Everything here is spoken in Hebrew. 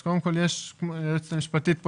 אז יש פה את היועצת המשפטית,